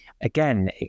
again